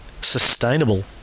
sustainable